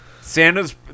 Santa's